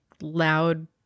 loud